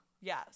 Yes